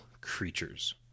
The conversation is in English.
creatures